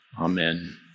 Amen